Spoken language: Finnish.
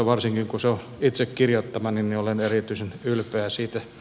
varsinkin kun se on itse kirjoittamani niin olen erityisen ylpeä siitä